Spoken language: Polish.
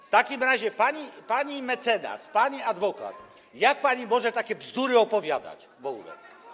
W takim razie, pani mecenas, pani adwokat, jak pani może takie bzdury opowiadać w ogóle?